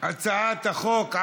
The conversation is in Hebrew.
מקרקעין (שבח ורכישה) (תיקון מס' 93),